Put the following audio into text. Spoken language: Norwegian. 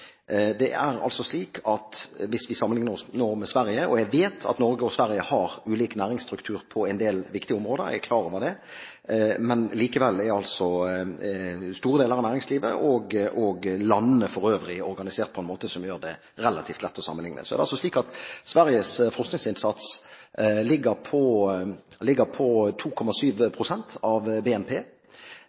Hvis vi sammenligner oss med Sverige – og jeg vet at Norge og Sverige har ulik næringsstruktur på en del viktige områder, jeg er klar over det, men likevel er altså store deler av næringslivet, og landene for øvrig, organisert på en måte som gjør det relativt lett å sammenligne – er det altså slik at Sveriges forskningsinnsats ligger på 3,7 pst. av BNP.